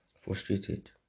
frustrated